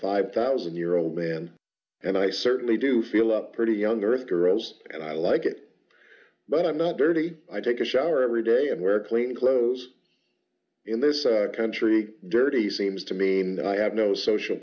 five thousand year old man and i certainly do feel up pretty young earth girls and i like it but i'm not dirty i take a shower every day and wear clean clothes in this country dirty seems to me and i have no social